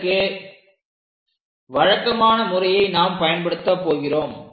இதற்கு வழக்கமான முறையை நாம் பயன்படுத்த போகிறோம்